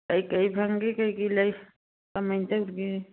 ꯀꯔꯤ ꯀꯔꯤ ꯐꯪꯕꯒꯦ ꯀꯔꯤ ꯀꯔꯤ ꯂꯩ ꯀꯃꯥꯏ ꯇꯧꯔꯤꯒꯦ